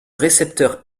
récepteur